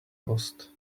post